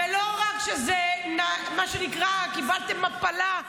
ולא רק שקיבלתם מפלה,